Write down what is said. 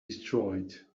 destroyed